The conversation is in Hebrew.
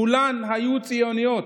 כולן היו ציוניות,